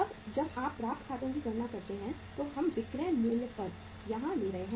अब जब आप प्राप्त खातों की गणना करते हैं तो हम विक्रय मूल्य पर यहां ले रहे हैं